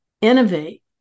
innovate